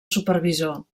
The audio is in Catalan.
supervisor